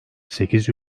sekiz